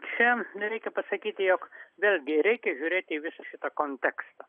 čia nereikia pasakyti jog vėlgi reikia žiūrėti į visą šitą kontekstą